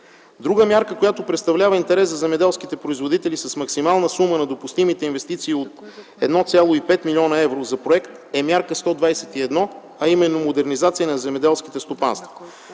Друга мярка, която представлява интерес за земеделските производители, с максимална сума на допустимите инвестиции от 1,5 млн. евро за проект, е Мярка 121, а именно „Модернизация на земеделските стопанства”.